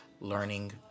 learning